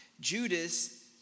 Judas